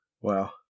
Wow